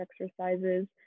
exercises